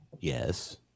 Yes